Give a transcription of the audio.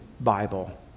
Bible